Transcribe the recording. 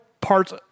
parts